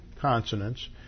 consonants